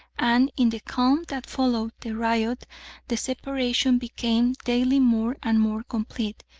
and in the calm that followed the riot the separation became daily more and more complete.